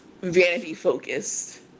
vanity-focused